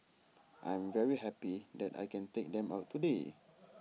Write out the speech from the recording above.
I'm very happy that I can take them out today